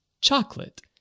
chocolate